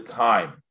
time